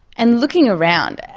and looking around,